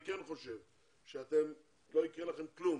אני כן חושב שלא יקרה לכם כלום